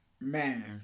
Man